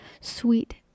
sweet